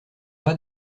pas